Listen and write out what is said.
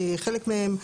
חלק מהם.